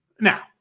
now